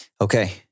Okay